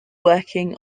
working